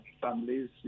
families